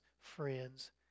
friends